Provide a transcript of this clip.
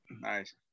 nice